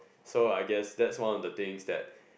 so I guess that's one of the thing that